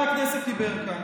יברקן,